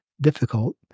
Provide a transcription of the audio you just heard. difficult